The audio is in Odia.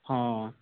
ହଁ